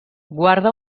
guarda